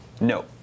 No